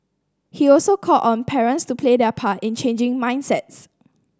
he also called on parents to play their part in changing mindsets